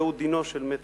זהו דינו של מת